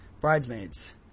Bridesmaids